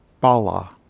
bala